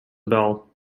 bell